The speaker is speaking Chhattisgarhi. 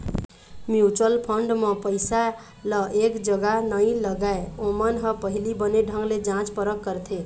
म्युचुअल फंड म पइसा ल एक जगा नइ लगाय, ओमन ह पहिली बने ढंग ले जाँच परख करथे